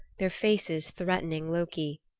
their faces threatening loki.